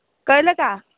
कळलं का